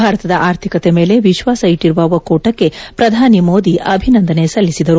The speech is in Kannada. ಭಾರತದ ಆರ್ಥಿಕತೆ ಮೇಲೆ ವಿಶ್ವಾಸ ಇಟ್ಟಿರುವ ಒಕ್ಕೂಟಕ್ಕೆ ಪ್ರಧಾನಿ ಮೋದಿ ಅಭಿನಂದನೆ ಸಲ್ಲಿಸಿದರು